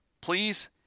please